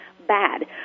bad